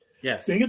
Yes